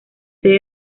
sede